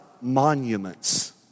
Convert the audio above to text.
monuments